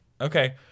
Okay